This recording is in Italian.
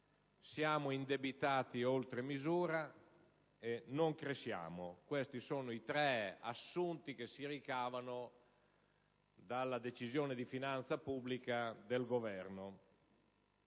siamo indebitati oltremisura e non cresciamo. Questi sono i tre assunti che si ricavano dalla Decisione di finanza pubblica presentata